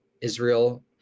Israel